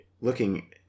looking